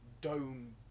dome